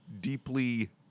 deeply